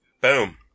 Boom